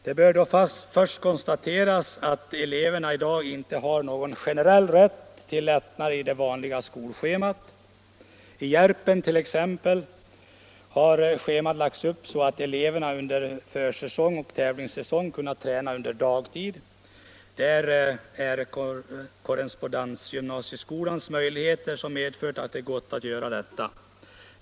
Det bör då först konstateras att eleverna i dag inte har någon generell rätt till lättnader i det vanliga skolschemat. I Järpen t.ex. har schemat lagts så att eleverna under försäsong och tävlingssäsong kunnat träna under dagtid. Det är korrespondensgymnasieskolans möjligheter som medfört att det gått att göra detta.